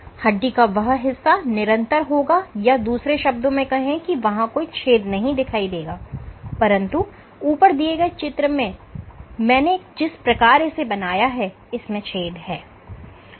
हड्डी का वह हिस्सा निरंतर होगा या दूसरे शब्दों में कहें कि वहां कोई छेद नहीं दिखाई देगा परंतु ऊपर दिए गए चित्र में मैंने जिस प्रकार इसे बनाया है इसमें छेद हैं